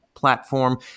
platform